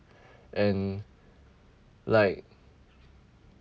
and like